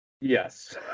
Yes